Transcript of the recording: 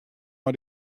mei